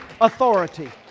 authority